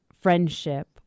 friendship